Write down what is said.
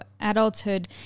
adulthood